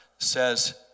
says